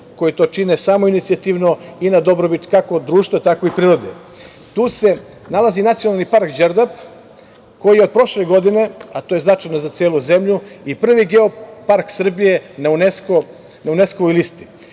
koji to čine samoinicijativno i na dobrobit kako društva, tako i prirode. Tu se nalazi Nacionalni park Đerdap koji je od prošle godine, a to je značajno i za celu zemlju i prvi geopark Srbije na UNESKO listi. Zato